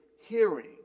hearing